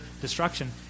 destruction